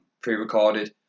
pre-recorded